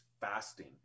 fasting